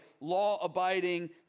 law-abiding